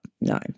no